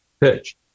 pitch